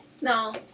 No